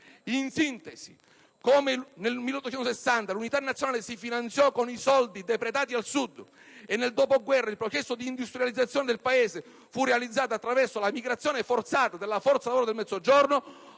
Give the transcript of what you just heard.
In sintesi, come nel 1860 l'Unità nazionale si finanziò con i soldi depredati al Sud e nel dopoguerra il processo di industrializzazione del Paese fu realizzato attraverso la migrazione forzata della forza-lavoro del Mezzogiorno,